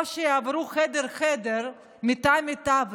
או שיעברו חדר-חדר, מיטה-מיטה?